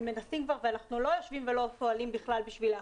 ומנסים כבר ואנחנו לא יושבים ולא פועלים בכלל בשביל לאחד.